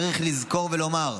צריך לזכור ולומר,